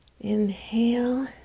Inhale